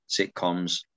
sitcoms